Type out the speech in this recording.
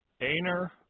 Aner